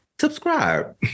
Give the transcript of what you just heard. subscribe